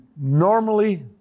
normally